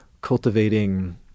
cultivating